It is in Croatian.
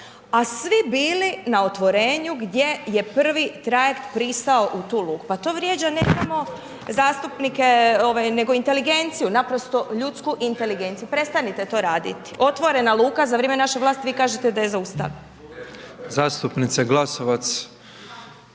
a svi bili na otvorenju gdje je prvi trajekt pristao u tu luku. Pa to vrijeđa ne samo zastupnike, ovaj nego inteligenciju, naprosto ljudsku inteligenciju, prestanite to raditi. Otvorena luka za vrijeme naše vlasti vi kažete da je zaustavljen. **Petrov,